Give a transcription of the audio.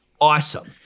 awesome